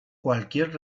cualquier